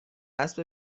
اسب